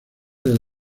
del